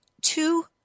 two